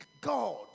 God